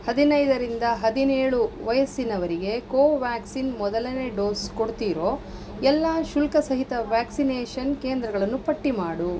ಹದಿನೈದರಿಂದ ಹದಿನೇಳು ವಯಸ್ಸಿನವರಿಗೆ ಕೋವ್ಯಾಕ್ಸಿನ್ ಮೊದಲನೇ ಡೋಸ್ ಕೊಡ್ತಿರೋ ಎಲ್ಲ ಶುಲ್ಕಸಹಿತ ವ್ಯಾಕ್ಸಿನೇಷನ್ ಕೇಂದ್ರಗಳನ್ನು ಪಟ್ಟಿ ಮಾಡು